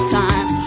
time